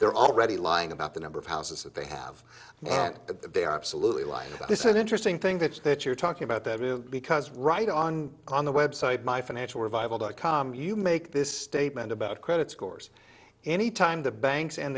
they're already lying about the number of houses that they have that they are absolutely like this is an interesting thing that that you're talking about that because right on on the web site my financial revival dot com you make this statement about credit scores anytime the banks and